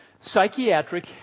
psychiatric